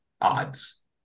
odds